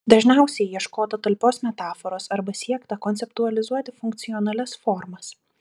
dažniausiai ieškota talpios metaforos arba siekta konceptualizuoti funkcionalias formas